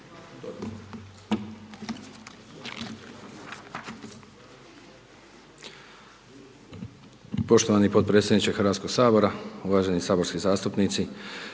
Poštovani podpredsjedniče Hrvatskog sabora, uvaženi saborski zastupnici.